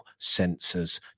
sensors